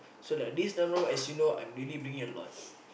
so like this time round as you know I'm really bringing a lot